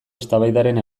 eztabaidaren